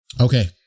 Okay